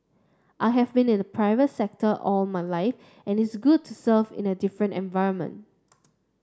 I've been in the private sector all my life and it's good to serve in a different environment